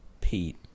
Pete